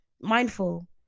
mindful